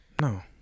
No